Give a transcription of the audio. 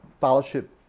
fellowship